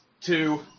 Two